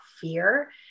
fear